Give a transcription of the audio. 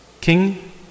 King